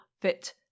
fit